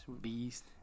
Beast